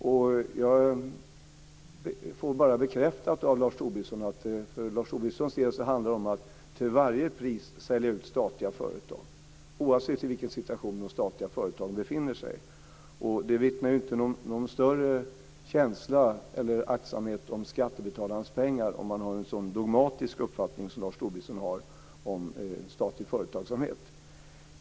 Jag får bara bekräftat av Lars Tobisson att det för hans del handlar om att till varje pris sälja ut statliga företag, oavsett vilken situation de statliga företagen befinner sig i. Det vittnar inte om någon större känsla eller aktsamhet om skattebetalarnas pengar om man har en sådan dogmatisk uppfattning som Lars Tobisson har om statlig företagsamhet.